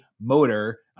motor